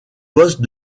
poste